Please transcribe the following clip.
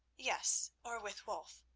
yes or with wulf,